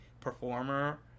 performer